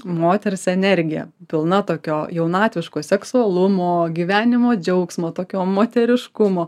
moters energija pilna tokio jaunatviško seksualumo gyvenimo džiaugsmo tokio moteriškumo